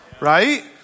right